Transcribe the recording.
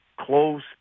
close